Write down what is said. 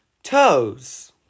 toes